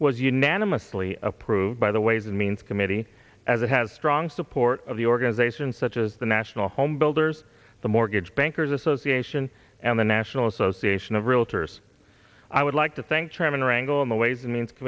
was unanimously approved by the ways and means committee as it has strong support of the organizations such as the national home builders the mortgage bankers association and the national association of realtors i would like to thank chairman wrangle in the ways and means